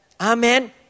Amen